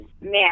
Man